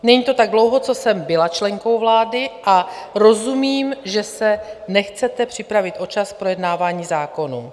Není to tak dlouho, co jsem byla členkou vlády, a rozumím, že se nechcete připravit o čas k projednávání zákonů.